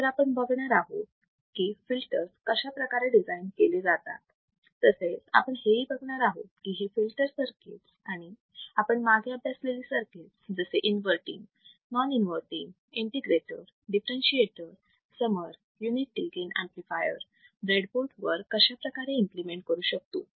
तर आपण बघणार आहोत की फिल्टर्स कशाप्रकारे डिझाईन केले जातात तसेच आपण हे हेही बघणार आहोत की हे फिल्टर्स सर्किट आणि आपण मागे अभ्यासलेली सर्किटस जसे inverting non inverting integrator differentiator summer unity gain amplifier ब्रेडबोर्डवर कशाप्रकारे इम्प्लिमेंट करू शकतो